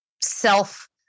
self